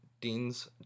Dean's